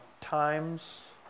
times